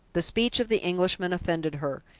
the speech of the englishman offended her,